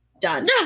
done